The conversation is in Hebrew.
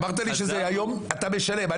אמרת לי שהיום אתה משלם,